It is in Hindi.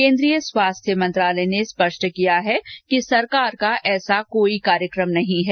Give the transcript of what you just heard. केन्द्रीय स्वास्थ्य मंत्रालय ने स्पष्ट किया है कि सरकार का ऐसा कोई कार्यक्रम नहीं है